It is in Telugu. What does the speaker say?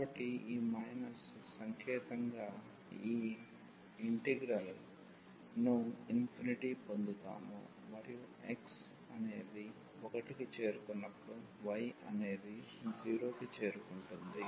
కాబట్టి ఈ మైనస్ సంకేతంగా ఈ ఇంటిగ్రల్ ను పొందుతాము మరియు xఅనేది 1 కి చేరుకున్నప్పుడు yఅనేది 0 కి చేరుకుంటుంది